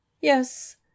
Yes